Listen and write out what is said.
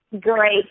Great